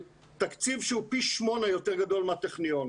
תקציב שהוא פי שמונה יותר גדול מהטכניון.